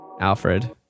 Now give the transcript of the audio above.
Alfred